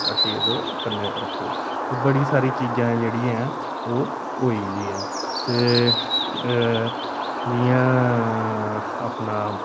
हट्टी दा ते कनै रक्खो बड़ी सारी चीज़ा ना ओह् होई दी ऐ ते जि'यां अपने